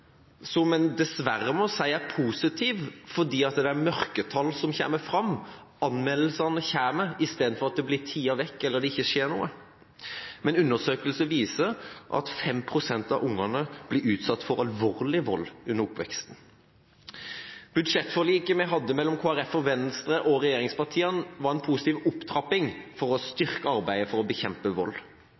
som en dessverre må si er positiv, fordi det er mørketall som kommer fram. Anmeldelsene kommer i stedet for at det blir tiet vekk, eller at det ikke skjer noe. Men undersøkelser viser at 5 pst. av barna blir utsatt for alvorlig vold under oppveksten. Budsjettforliket vi hadde mellom Kristelig Folkeparti og Venstre og regjeringspartiene, var en positiv opptrapping for å styrke arbeidet for å bekjempe vold.